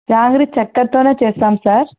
జాంగ్రీ చక్కెరతో చేస్తాం సార్